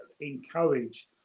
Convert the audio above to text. encourage